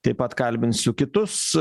taip pat kalbinsiu kitus